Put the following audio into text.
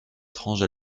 étrange